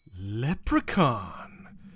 leprechaun